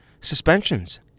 suspensions